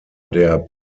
der